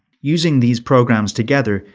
using these programs together,